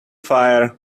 fire